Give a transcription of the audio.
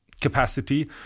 capacity